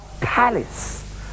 palace